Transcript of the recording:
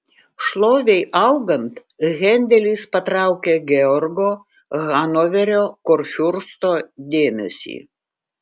šlovei augant hendelis patraukė georgo hanoverio kurfiursto dėmesį